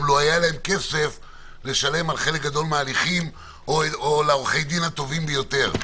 לו היה להם כסף לשלם על חלק גדול מההליכים או לעורכי הדין הטובים ביותר.